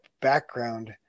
background